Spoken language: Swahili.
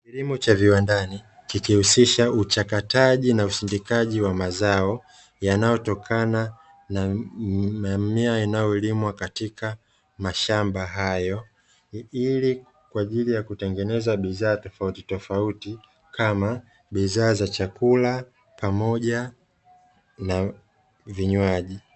Kilimo cha viwandani kikihusisha uchakataji na usindikaji wa mazao, yanayotokana mimea inayolimwa katika mashamba hayo. Ili kwa ajili ya kutengeneza bidhaa tofautitoafuati kama bidhaa za chakula pamoja na vinywaji.